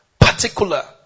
particular